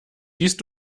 siehst